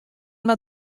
moat